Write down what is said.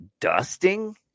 dusting